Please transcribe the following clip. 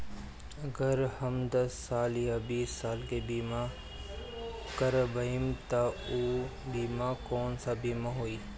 अगर हम दस साल या बिस साल के बिमा करबइम त ऊ बिमा कौन सा बिमा होई?